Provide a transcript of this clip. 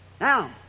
Now